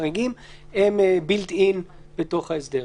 החריגים הם בילט-אין בתוך ההסדר.